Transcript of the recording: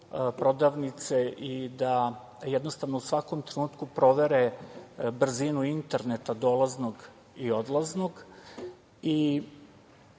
prodavnice i da jednostavno u svakom trenutku provere brzinu interneta dolaznog i odlaznog